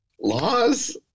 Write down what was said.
laws